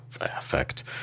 effect